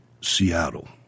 Seattle